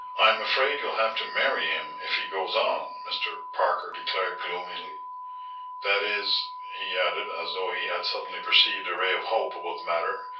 i'm afraid you'll have to marry him if he goes on, mr. parker declared gloomily that is, he added, as though he had suddenly perceived a ray of hope about the matter,